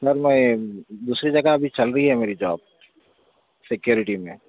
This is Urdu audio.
سر میں دوسری جگہ ابھی چل رہی ہے میری جاب سکیورٹی میں